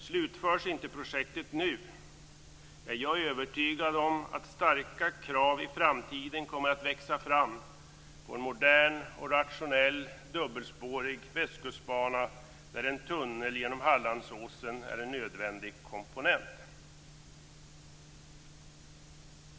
Slutförs inte projektet nu är jag övertygad om att starka krav i framtiden kommer att växa fram på en modern och rationell dubbelspårig Västkustbana där en tunnel genom Hallandsåsen är en nödvändig komponent.